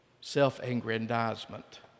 self-aggrandizement